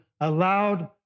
allowed